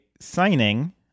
signing